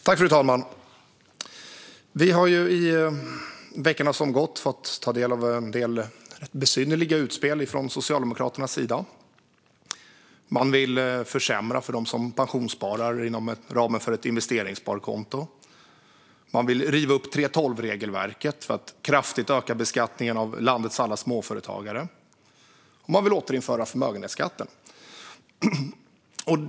Fru talman! Vi har under veckorna som gått fått ta del av en del besynnerliga utspel från Socialdemokraterna. Man vill försämra för dem som pensionssparar inom ramen för ett investeringssparkonto, man vill riva upp 3:12-regelverket för att kraftigt öka beskattningen för landets alla småföretagare och man vill återinföra förmögenhetsskatten.